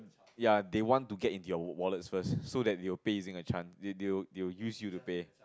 ya they want to get into your wallets first so they will pays in a chance they they they will use you to pay